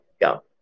Go